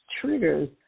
triggers